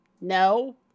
no